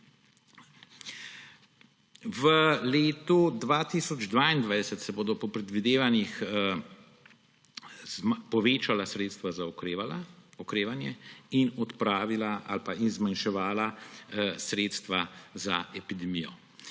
V letu 2022 se bodo po predvidevanjih povečala sredstva za okrevanje in odpravila ali zmanjševala sredstva za epidemijo.